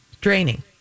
Draining